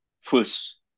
first